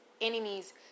enemies